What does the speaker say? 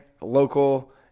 Local